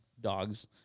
dogs